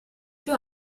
più